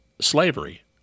slavery